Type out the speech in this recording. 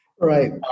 Right